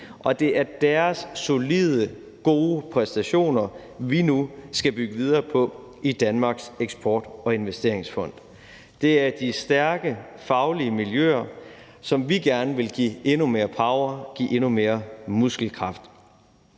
og det er deres solide, gode præstationer, vi nu skal bygge videre på i Danmarks Eksport- og Investeringsfond. Det er de stærke faglige miljøer, som vi gerne vil give endnu mere power, endnu mere muskelkraft.